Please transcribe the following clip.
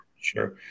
Sure